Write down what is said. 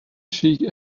she